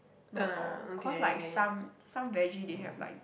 not all cause like some some vege they have like